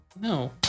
no